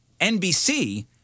NBC